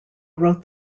wrote